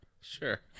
Sure